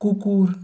কুকুর